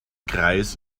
kreis